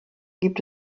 gibt